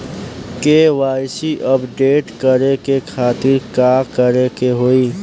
KYC update करे के खातिर का करे के होई?